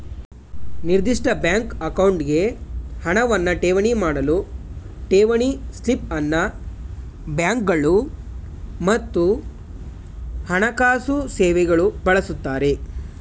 ನಿರ್ದಿಷ್ಟ ಬ್ಯಾಂಕ್ ಅಕೌಂಟ್ಗೆ ಹಣವನ್ನ ಠೇವಣಿ ಮಾಡಲು ಠೇವಣಿ ಸ್ಲಿಪ್ ಅನ್ನ ಬ್ಯಾಂಕ್ಗಳು ಮತ್ತು ಹಣಕಾಸು ಸೇವೆಗಳು ಬಳಸುತ್ತಾರೆ